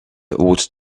would